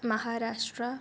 Maharashtra